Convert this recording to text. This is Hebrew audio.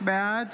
בעד